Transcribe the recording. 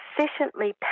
sufficiently